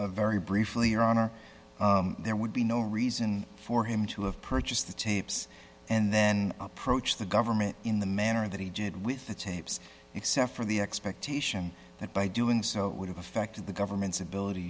and very briefly your honor there would be no reason for him to have purchased the tapes and then approach the government in the manner that he did with the tapes except for the expectation that by doing so it would have affected the government's ability